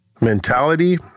mentality